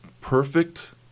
perfect